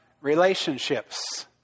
relationships